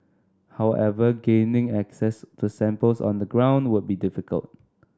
however gaining access to samples on the ground would be difficult